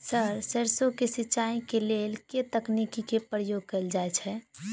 Sir सैरसो केँ सिचाई केँ लेल केँ तकनीक केँ प्रयोग कैल जाएँ छैय?